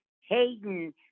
Hayden